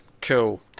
Cool